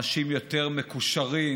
אנשים יותר מקושרים,